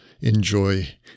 enjoy